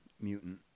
mutant